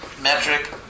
metric